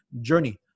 journey